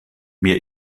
mir